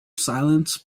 silence